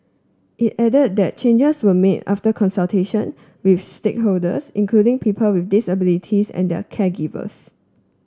it added that changes were made after consultation with stakeholders including people with disabilities and their caregivers